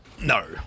No